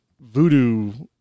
voodoo